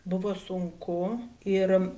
buvo sunku ir